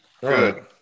good